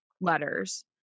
letters